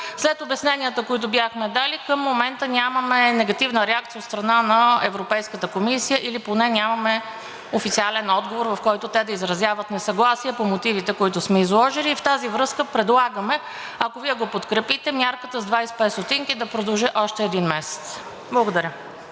След обясненията, които бяхме дали, към момента нямаме негативна реакция от страна на Европейската комисия или поне нямаме официален отговор, в който те да изразяват несъгласие по мотивите, които сме изложили. В тази връзка предлагаме, ако Вие го подкрепите, мярката с 25 стотинки да продължи още един месец. Благодаря.